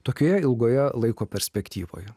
tokioje ilgoje laiko perspektyvoje